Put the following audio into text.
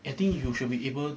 I think you should be able